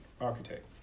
architect